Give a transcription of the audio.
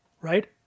right